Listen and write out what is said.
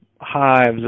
hives